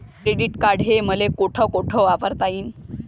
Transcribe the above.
Credit card मले कोठ कोठ वापरता येईन?